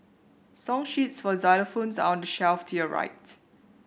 song sheets for xylophones are on the shelf to your right